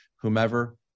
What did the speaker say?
whomever